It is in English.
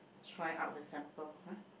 try out the sample ah